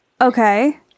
Okay